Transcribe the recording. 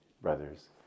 brothers